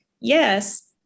Yes